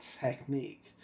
technique